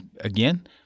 again